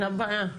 זאת הבעיה.